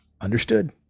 Understood